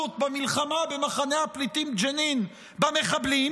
במלחמה במחנה הפליטים ג'נין במחבלים,